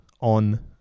on